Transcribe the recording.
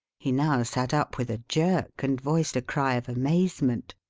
he now sat up with a jerk and voiced a cry of amazement.